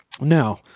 Now